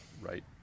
right